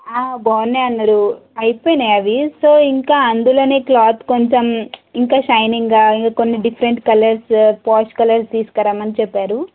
బాగున్నాయి అన్నరు అయిపోయినాయి అవి సో ఇంకా అందులోనే క్లాత్ కొంచెం ఇంకా షైనింగ్గా కొన్ని డిఫరెంట్ కలర్స్ పోష్ కలర్స్ తీసకరమ్మని చెప్పారు